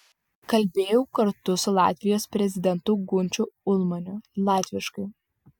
kalbėjau kartu su latvijos prezidentu gunčiu ulmaniu latviškai